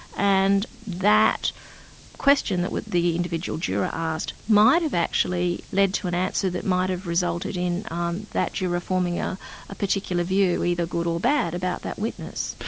and that question that the individual juror asked might have actually led to an answer that might have resulted in um that juror forming a particular view, either good or bad, about that witness.